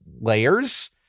layers